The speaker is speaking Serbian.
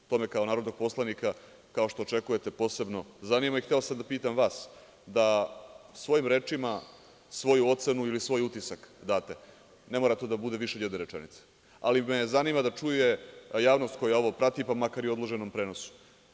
To me kao narodnog poslanika, kao što očekujete posebno zanima, i hteo sam da pitam vas da svojim rečima svoju ocenu ili svoj utisak date, ne mora to da bude više od jedne rečenice, ali me zanima da čuje javnost koja ova prati, pa makar i u odloženom prenosu.